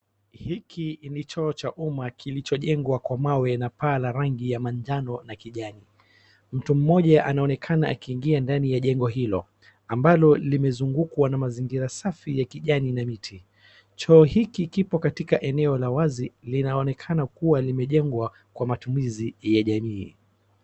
Hiki ni choo cha umma kilichojengwa kwa mawe na paa la rangi ya njano na kijani. Mtu mmoja anaonekana akiingia ndani ya jengo hilo, ambalo limezungukwa na mazingira safi ya kijani na miti. Choo hiki kipo katika eneo la wazi linaonekana kuwa limeengwa kwa matumizi ya jamii.